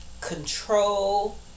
control